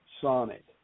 sonnet